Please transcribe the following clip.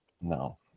no